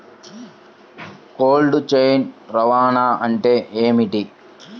Cold chain రవాణా అంటే ఏమిటీ?